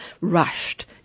rushed